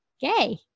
gay